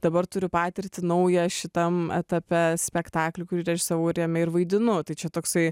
dabar turiu patirtį naują šitam etape spektaklį kurį režisavau ir jame vaidinu tai čia toksai